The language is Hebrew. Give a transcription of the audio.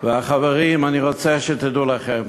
וחברים, אני רוצה שתדעו לכם.